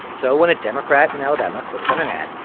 so when a democrat in alabama clicks on an ad,